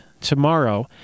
tomorrow